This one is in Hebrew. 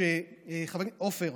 מדינות, חבר הכנסת עופר,